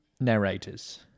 narrators